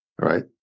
right